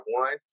one